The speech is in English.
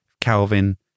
Calvin